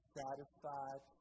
satisfied